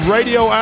Radio